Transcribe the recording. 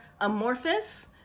amorphous